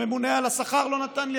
הממונה על השכר לא נתן לי,